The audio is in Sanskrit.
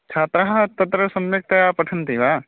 छात्राः तत्र सम्यक्तया पठन्ति वा